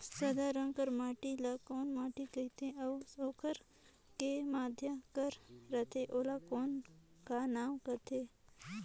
सादा रंग कर माटी ला कौन माटी सकथे अउ ओकर के माधे कर रथे ओला कौन का नाव काथे?